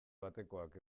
batekoak